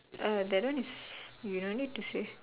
uh that one is you no need to say